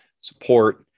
support